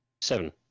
seven